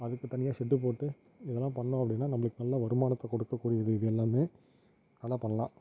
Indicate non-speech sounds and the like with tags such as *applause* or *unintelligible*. அதுக்கு தனியாக ஷெட்டு போட்டு இதெல்லாம் பண்ணோம் அப்படின்னா நம்பளுக்கு நல்ல வருமானத்தை கொடுக்க கூடியது இது எல்லாமே *unintelligible* பண்ணலாம்